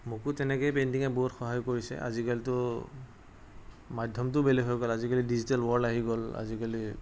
মোকো তেনেকৈয়ে পেইণ্টিঙে বহুত সহায় কৰিছে আজিকালিতো মাধ্যমটোও বেলেগ হৈ গ'ল আজিকালি ডিজিটেল ওৱৰ্ল্ড আহি গ'ল আজিকালি